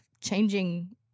changing